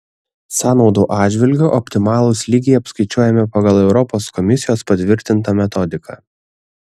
sąnaudų atžvilgiu optimalūs lygiai apskaičiuojami pagal europos komisijos patvirtintą metodiką